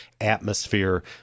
atmosphere